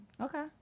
Okay